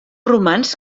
romans